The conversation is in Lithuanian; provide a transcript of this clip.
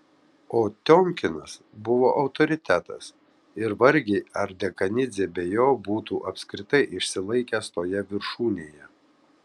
o tiomkinas buvo autoritetas ir vargiai ar dekanidzė be jo būtų apskritai išsilaikęs toje viršūnėje